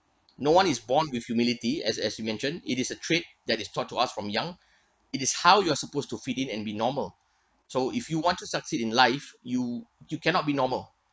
no one is born with humility as as you mention it is a trait that is taught to us from young it is how you're supposed to fit in and be normal so if you want to succeed in life you you you cannot be normal